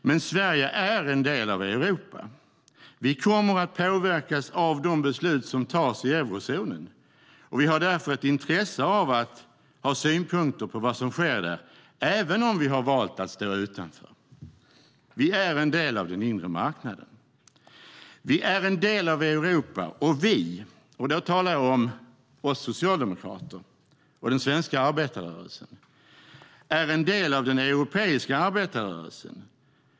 Men Sverige är en del av Europa. Vi kommer att påverkas av de beslut som tas i eurozonen. Vi har därför ett intresse av att ha synpunkter på vad som sker där, även om vi har valt att stå utanför. Vi är en del av den inre marknaden. Vi är en del av Europa. Vi - då talar jag om oss socialdemokrater och den svenska arbetarrörelsen - är en del av den europeiska arbetarrörelsen.